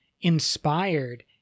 inspired